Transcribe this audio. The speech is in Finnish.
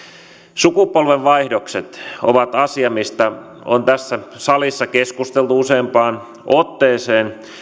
sukupolvenvaihdokset ovat asia mistä on tässä salissa keskusteltu useampaan otteeseen